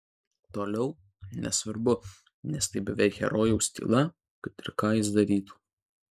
toliau nesvarbu nes tai beveik herojaus tyla kad ir ką jis darytų